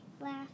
laugh